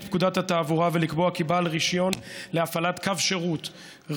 פקודת התעבורה ולקבוע כי בעל רישיון להפעלת קו שירות,